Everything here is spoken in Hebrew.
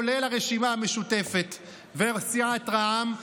כולל הרשימה המשותפת וסיעת רע"מ,